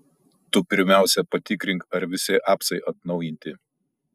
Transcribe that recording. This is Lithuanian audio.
tu pirmiausia patikrink ar visi apsai atnaujinti